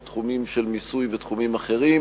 מתחומים של מיסוי ותחומים אחרים.